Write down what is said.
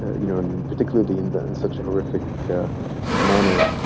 you know, and particularly in but in such a horrific manner.